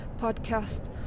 podcast